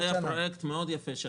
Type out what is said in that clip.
זה היה פרויקט יפה מאוד.